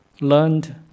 learned